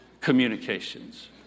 communications